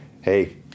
Hey